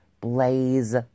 Blaze